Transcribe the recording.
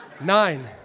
nine